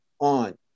on